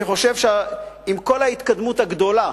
עם כל ההתקדמות הגדולה